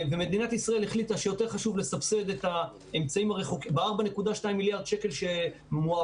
מדינת ישראל החליטה שיותר חשוב לסבסד ב-4.2 מיליארד שקל שמועברים